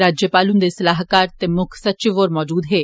राज्यपाल हुन्दे सलाहकार ते मुक्ख सचिव होर मौजूद हे